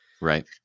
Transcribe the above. Right